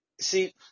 See